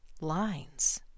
lines